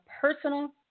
personal